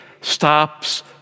stops